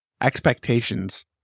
expectations